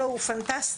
פנטסטי.